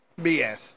BS